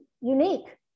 unique